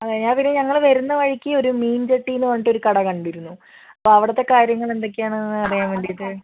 അതെ ആ പിന്നെ ഞങ്ങൾ വരുന്ന വഴിക്ക് ഒരു മീൻ ചട്ടിയെന്ന് പറഞ്ഞിട്ട് ഒരു കട കണ്ടിരുന്നു അപ്പം അവിടുത്തെ കാര്യങ്ങൾ എന്തൊക്കെ ആണെന്ന് അറിയാൻ വേണ്ടീട്ട്